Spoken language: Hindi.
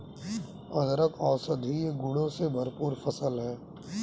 अदरक औषधीय गुणों से भरपूर फसल है